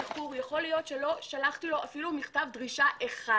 ויכול להיות שלא שלחנו לא אפילו לא מכתב דרישה אחד